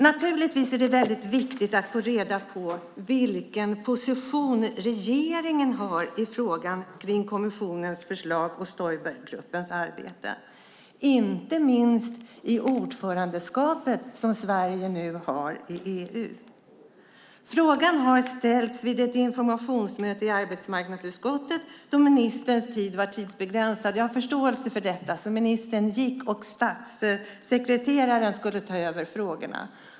Naturligtvis är det viktigt att få reda på vilken position regeringen har i frågan om kommissionens förslag och Stoibergruppens arbete, inte minst nu när Sverige har ordförandeskapet i EU. Frågan ställdes vid ett informationsmöte i arbetsmarknadsutskottet då ministerns tid var begränsad, och jag har förståelse för det. Ministern gick, och statssekreteraren skulle ta över frågorna.